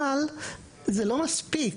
אבל זה לא מספיק.